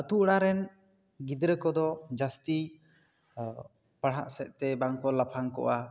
ᱟᱛᱳ ᱚᱲᱟᱜ ᱨᱮᱱ ᱜᱤᱫᱽᱨᱟᱹ ᱠᱚᱫᱚ ᱡᱟᱹᱥᱛᱤ ᱯᱟᱲᱦᱟᱜ ᱥᱮᱫ ᱛᱮ ᱵᱟᱝ ᱠᱚ ᱞᱟᱯᱷᱟᱝ ᱠᱚᱜᱼᱟ